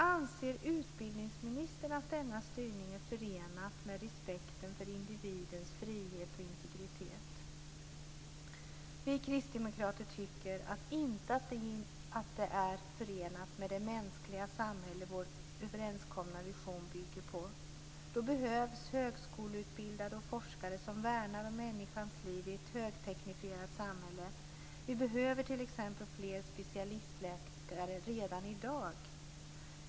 Anser utbildningsministern att denna styrning är förenad med respekten för individens frihet och integritet? Vi kristdemokrater tycker inte att det är förenat med det mänskliga samhälle vår överenskomna vision bygger på. Då behövs högskoleutbildade och forskare som värnar om människans liv i ett högteknifierat samhälle. Vi behöver t.ex. fler specialistläkare redan i dag.